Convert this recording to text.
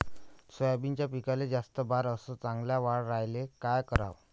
सोयाबीनच्या पिकाले जास्त बार अस चांगल्या वाढ यायले का कराव?